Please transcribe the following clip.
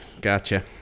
gotcha